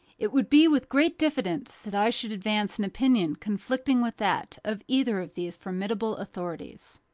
it would be with great diffidence that i should advance an opinion conflicting with that of either of these formidable authorities.